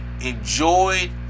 enjoyed